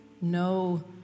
No